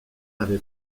avait